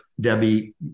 Debbie